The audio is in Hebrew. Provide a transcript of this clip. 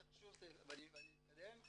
אני מתקדם.